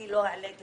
לא צודקת